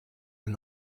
and